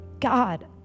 God